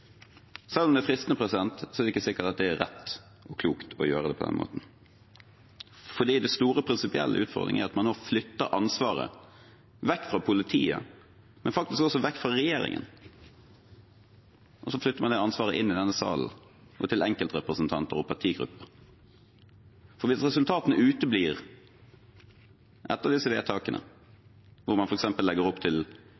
Selv om det er fristende, er det ikke sikkert at det er rett og klokt å gjøre det på den måten, for den store prinsipielle utfordringen er at man nå flytter ansvaret vekk fra politiet, men faktisk også vekk fra regjeringen. Så flytter man det ansvaret inn i denne salen og til enkeltrepresentanter og partigrupper. Hvis resultatene uteblir etter disse vedtakene,